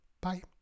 Bye